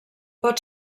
pot